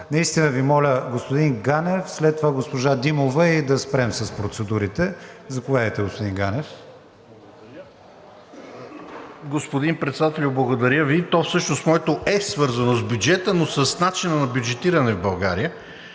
Наистина Ви моля – господин Ганев, след това госпожа Димова, и да спрем с процедурите. Заповядайте, господин Ганев. ГЕОРГИ ГАНЕВ (ДБ): Господин Председател, благодаря Ви. То всъщност моето е свързано с бюджета, но с начина на бюджетиране в България.